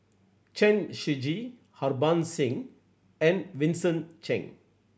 Chen Shiji Harbans Singh and Vincent Cheng